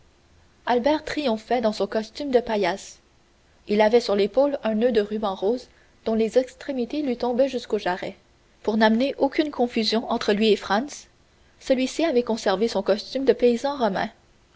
albert triomphait dans son costume de paillasse il avait sur l'épaule un noeud de ruban rose dont les extrémités lui tombaient jusqu'aux jarrets pour n'amener aucune confusion entre lui et franz celui-ci avait conservé son costume de paysan romain